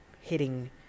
hitting